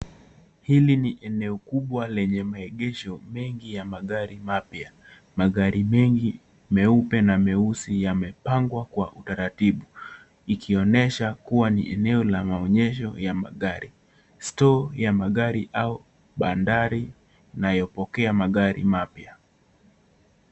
Hili ni eneo kubwa lenye maegesho mengi ya magari mapya, magari mengi meupe na meusi yamepangwa kwa utaratibu ikionyesha kuwa ni eneo la maonyesho ya magari store ya magari au bandari inayopikea magari mapya.